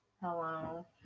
hello